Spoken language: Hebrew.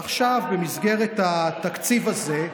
במסגרת התקציב הזה,